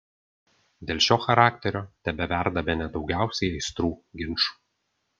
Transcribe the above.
dėl šio charakterio tebeverda bene daugiausiai aistrų ginčų